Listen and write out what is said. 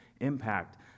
impact